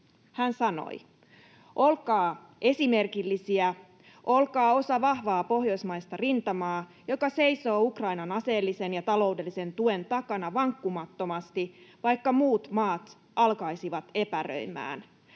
Hän sanoi: ”Olkaa esimerkillisiä, olkaa osa vahvaa pohjoismaista rintamaa, joka seisoo Ukrainan aseellisen ja taloudellisen tuen takana vankkumattomasti, vaikka muut maat alkaisivat epäröimään.